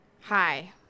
Hi